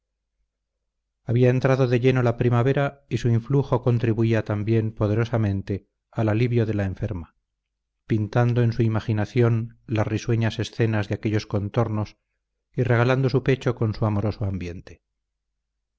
había entrado de lleno la primavera y su influjo contribuía también poderosamente al alivio de la enferma pintando en su imaginación las risueñas escenas de aquellos contornos y regalando su pecho con su amoroso ambiente